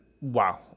wow